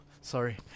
Sorry